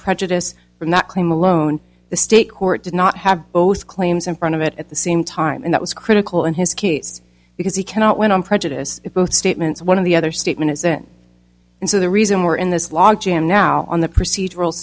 prejudice from that claim alone the state court did not have both claims in front of it at the same time and that was critical in his case because he cannot win on prejudice both statements one of the other statement is that and so the reason we're in this log jam now on the procedural